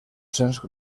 cents